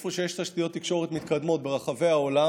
איפה שיש תשתיות תקשורת מתקדמות ברחבי העולם,